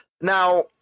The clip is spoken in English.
Now